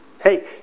Hey